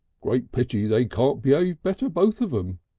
great pity they can't be'ave better, both of em,